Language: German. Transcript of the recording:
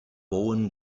bowen